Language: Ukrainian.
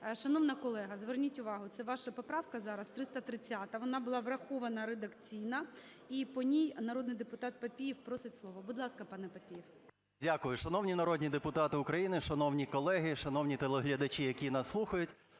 Шановна колега, зверніть увагу, це ваша поправка зараз, 330-а. Вона була врахована редакційно і по ній народний депутат Папієв просить слово. Будь ласка, пане Папієв. 11:39:34 ПАПІЄВ М.М. Дякую. Шановні народні депутати України! Шановні колеги, шановні телеглядачі, які нас слухають!